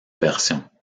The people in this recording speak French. versions